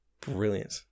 Brilliant